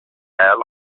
air